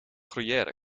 gruyère